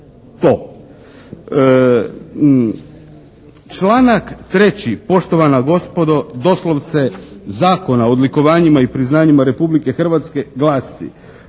to. Članak 3. poštovana gospodo doslovce Zakona o odlikovanjima i priznanjima Republike Hrvatske glasi,